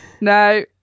No